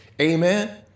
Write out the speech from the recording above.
Amen